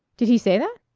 did he say that?